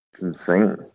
insane